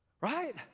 Right